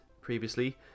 previously